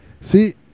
See